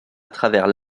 travers